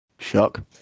shock